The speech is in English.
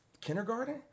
kindergarten